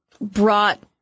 brought